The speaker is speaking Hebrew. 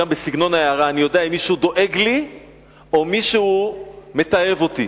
גם מסגנון ההערה אני יודע אם מישהו דואג לי או מישהו מתעב אותי.